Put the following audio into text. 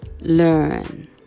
learn